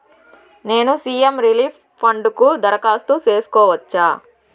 నేను CM relief fund కు దరఖాస్తు సేసుకోవచ్చా?